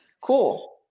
cool